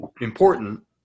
Important